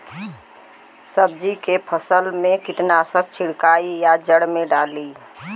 सब्जी के फसल मे कीटनाशक छिड़काई या जड़ मे डाली?